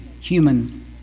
human